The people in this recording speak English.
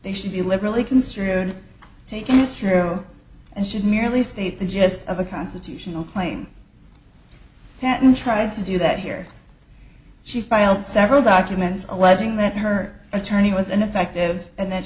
they should be liberally construed taken is true and should merely state the gist of a constitutional claim patent tried to do that here she filed several documents alleging that her attorney was ineffective and that